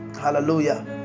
Hallelujah